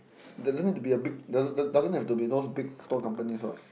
doesn't need to be a big doesn't doesn't have to be those big tour companies what